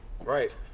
Right